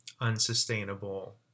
unsustainable